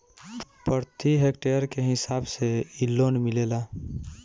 प्रति हेक्टेयर के हिसाब से इ लोन मिलेला